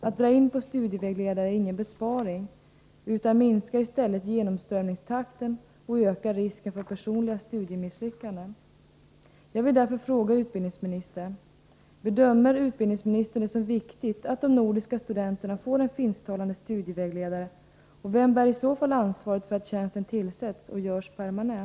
Att dra in på studievägledare är ingen besparing, utan minskar i stället genomströmningstakten och ökar risken för personliga studiemisslyckanden.